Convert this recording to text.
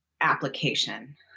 application